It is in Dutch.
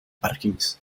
parkings